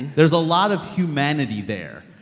there's a lot of humanity there.